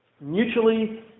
mutually